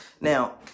Now